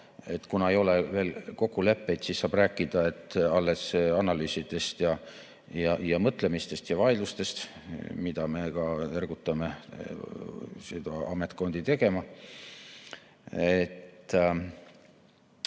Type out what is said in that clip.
Kuna ei ole veel kokkuleppeid, siis saab rääkida alles analüüsidest ja mõtlemisest ja vaidlustest, mida me ka ergutame ametkondi tegema.